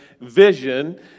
vision